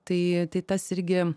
tai tai tas irgi